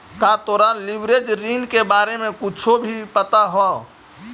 का तोरा लिवरेज ऋण के बारे में कुछो भी पता हवऽ?